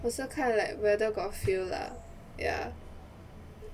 我是看 like whether got feel lah ya